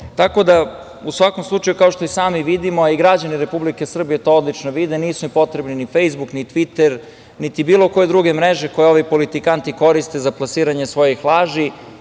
upropaste.U svakom slučaju, kao što i sami vidimo, a i građani Republike Srbije to odlično vide, nisu im potrebni ni Fejsbuk, ni Tviter, niti bilo koje druge mreže koje ovi politikanti koriste za plasiranje svojih laži